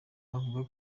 avuga